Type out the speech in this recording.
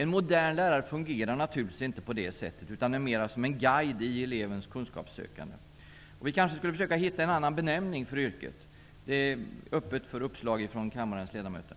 En modern lärare fungerar naturligtvis inte på det sättet, utan mera som en guide i elevens kunskapssökande. Vi skulle kanske försöka hitta en annan benämning för läraryrket. Det står öppet för uppslag från kammarens ledamöter.